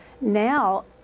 now